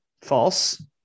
False